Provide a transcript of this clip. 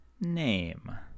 name